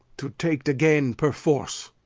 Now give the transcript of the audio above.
to tak't again perforce!